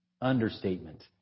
Understatement